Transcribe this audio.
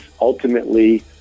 ultimately